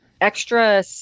extra